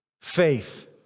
faith